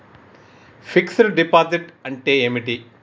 Fix డ్ deposit అంటే ఏమిటి?